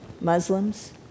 Muslims